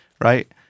right